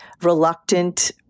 reluctant